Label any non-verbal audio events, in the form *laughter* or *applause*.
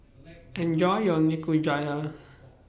*noise* Enjoy your Nikujaga